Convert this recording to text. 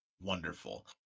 wonderful